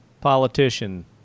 politician